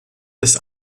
bis